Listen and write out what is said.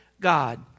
God